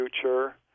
future